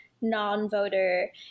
non-voter